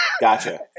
Gotcha